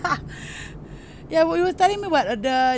ya you were telling me about the